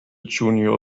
junior